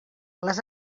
les